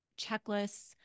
checklists